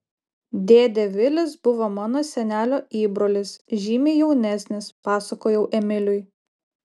dėdė vilis buvo mano senelio įbrolis žymiai jaunesnis pasakojau emiliui